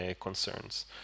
concerns